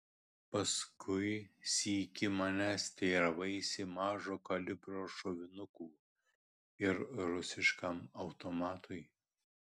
paskui sykį manęs teiravaisi mažo kalibro šovinukų ir rusiškam automatui